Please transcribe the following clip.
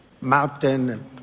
mountain